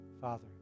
Father